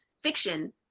fiction